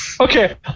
Okay